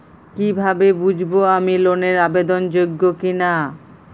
কীভাবে বুঝব আমি লোন এর আবেদন যোগ্য কিনা?